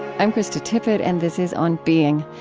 i'm krista tippett, and this is on being.